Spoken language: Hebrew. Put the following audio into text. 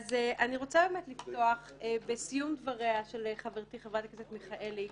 אני רוצה לפתוח בסיום דבריה של חברתי חברת הכנסת מיכאלי,